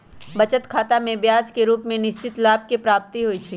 बचत खतामें ब्याज के रूप में निश्चित लाभ के प्राप्ति होइ छइ